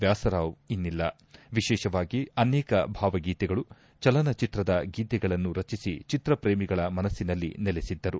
ವ್ಯಾಸರಾವ್ ಇನ್ನಿಲ ವಿಶೇಷವಾಗಿ ಅನೇಕ ಭಾವಗೀತೆಗಳು ಚಲನಚಿತ್ರದ ಗೀತೆಗಳನ್ನು ರಚಿಸಿ ಚಿತ್ರಪ್ರೇಮಿಗಳ ಮನಸ್ಸಿನಲ್ಲಿ ನೆಲೆಸಿದ್ದರು